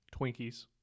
Twinkies